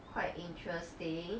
quite interesting